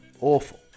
awful